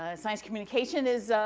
ah science communication is